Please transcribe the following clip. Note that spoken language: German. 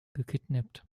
gekidnappt